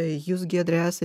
jūs giedre esat